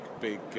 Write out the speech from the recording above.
big